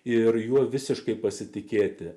ir juo visiškai pasitikėti